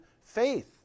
faith